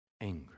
angry